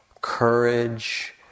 courage